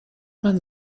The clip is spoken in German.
man